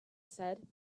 said